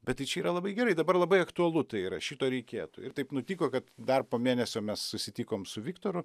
bet tai čia yra labai gerai dabar labai aktualu tai yra šito reikėtų ir taip nutiko kad dar po mėnesio mes susitikom su viktoru